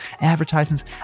advertisements